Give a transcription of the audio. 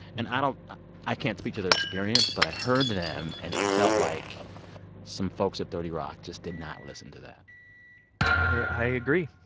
and i don't i can't speak to their experience, but i heard them, and it felt like some folks at thirty rock just did not listen to that i agree.